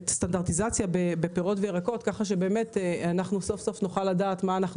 סטנדרטיזציה בפרי וירקות כך שסוף-סוף נוכל לדעת מה אנחנו